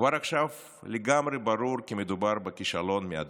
כבר עכשיו לגמרי ברור כי מדובר בכישלון מהדהד,